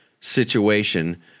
situation